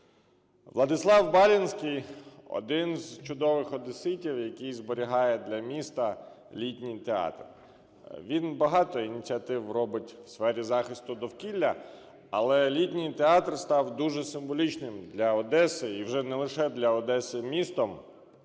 Владислав Балінський – один з чудових одеситів, який зберігає для міста Літній театр. Він багато ініціатив робить в сфері захисту довкілля, але Літній театр став дуже символічним для Одеси, і вже не лише для Одеси містом,